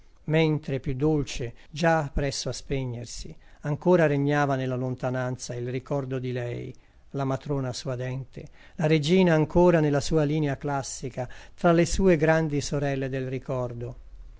mentre più dolce già presso a spegnersi ancora regnava nella lontananza il ricordo di lei la matrona suadente la regina ancora ne la sua linea classica tra le sue grandi sorelle del ricordo